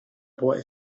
boy